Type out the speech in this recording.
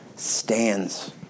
stands